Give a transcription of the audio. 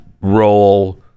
role